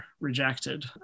rejected